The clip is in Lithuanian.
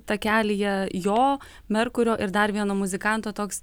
takelyje jo merkurio ir dar vieno muzikanto toks